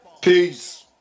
Peace